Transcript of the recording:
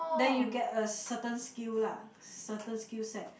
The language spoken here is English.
then you get a certain skill lah certain skill set